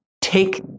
take